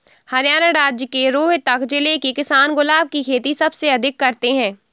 हरियाणा राज्य के रोहतक जिले के किसान गुलाब की खेती सबसे अधिक करते हैं